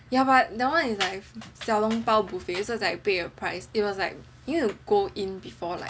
ya but that one is like 小笼包 buffet so it's like pay a price it was like you need to go in before like